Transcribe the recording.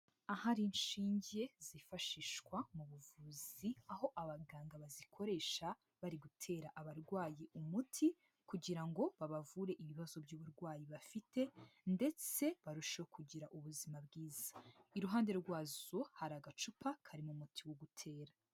Ahari inshinge zifashishwa mu buvuzi aho abaganga bazikoresha bari gutera abarwayi umuti kugira ngo babavure ibibazo by'uburwayi bafite ndetse barushaho kugira ubuzima bwiza, iruhande rwazo hari agacupa karimo umuti wo gutera.